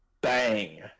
bang